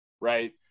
right